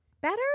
Better